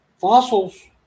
fossils